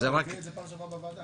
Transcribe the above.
וניתן לחברי הוועדה